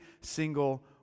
single